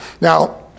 now